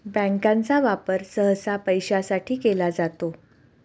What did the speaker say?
बँकांचा वापर सहसा पैशासाठी केला जातो